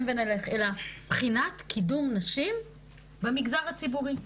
ונלך אלא בחינת קידום נשים במגזר הציבורי.